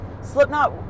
Slipknot